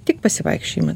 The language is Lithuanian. tik pasivaikščiojimą